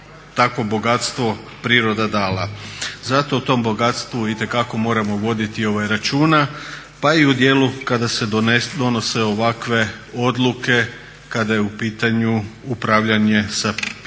takvo bogatstvo priroda dala. Zato o tom bogatstvu itekako moramo voditi računa pa i u dijelu kada se donose ovakve odluke kada je u pitanju upravljanje sa pitkim